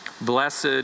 Blessed